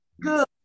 good